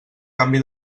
canvi